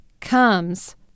comes